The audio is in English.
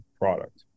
product